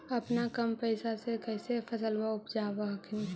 अपने कम पैसा से कैसे फसलबा उपजाब हखिन?